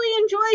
enjoy